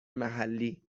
محلی